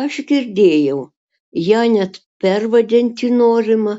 aš girdėjau ją net pervadinti norima